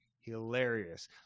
hilarious